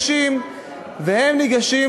אין משטרה צבאית?